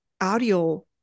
audio